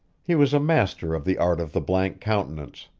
he was a master of the art of the blank countenance,